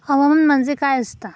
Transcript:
हवामान म्हणजे काय असता?